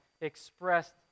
expressed